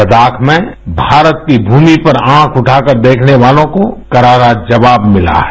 लद्दाख में भारत की भूमि पर आँख उताकर देखने वालों को करारा जवाब मिला है